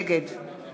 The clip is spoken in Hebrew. נגד